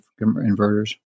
inverters